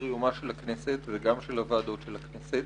יומה של הכנסת וגם של ועדות הכנסת.